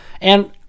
And-